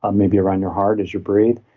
um maybe around your heart as you breathe,